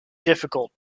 difficult